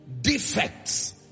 defects